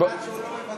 בגלל שהוא לא מוותר,